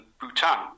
Bhutan